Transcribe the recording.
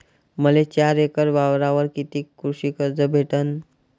मले चार एकर वावरावर कितीक कृषी कर्ज भेटन?